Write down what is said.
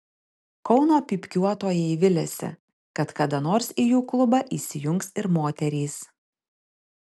kauno pypkiuotojai viliasi kad kada nors į jų klubą įsijungs ir moterys